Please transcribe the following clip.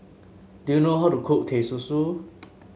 do you know how to cook Teh Susu